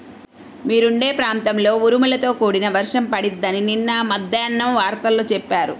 మీరుండే ప్రాంతంలో ఉరుములతో కూడిన వర్షం పడిద్దని నిన్న మద్దేన్నం వార్తల్లో చెప్పారు